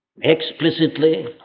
explicitly